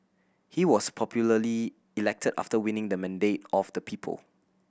he was popularly elected after winning the mandate of the people